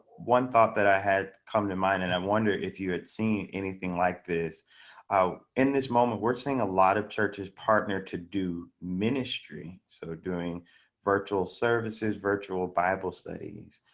one thought that i had come to mind. and i wonder if you had seen anything like this in this moment, we're seeing a lot of churches partner to do ministry. so doing virtual services virtual bible studies.